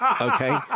Okay